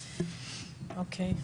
אוקיי.